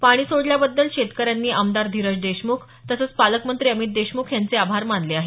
पाणी सोडल्याबद्दल शेतकऱ्यांनी आमदार धीरज देशमुख तसंच पालकमंत्री अमित देशमुख यांचे आभार मानले आहेत